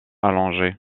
allongé